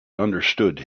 understood